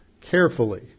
carefully